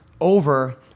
over